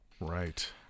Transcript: Right